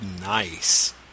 nice